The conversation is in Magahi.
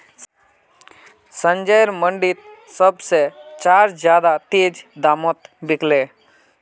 संजयर मंडी त सब से चार ज्यादा तेज़ दामोंत बिकल्ये